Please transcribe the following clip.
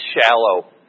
shallow